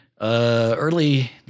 early